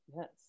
Yes